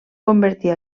convertir